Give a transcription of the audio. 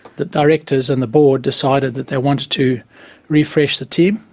the directors and the board decided that they wanted to refresh the team.